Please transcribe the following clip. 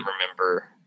remember –